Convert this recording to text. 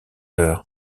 l’heure